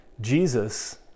Jesus